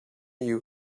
you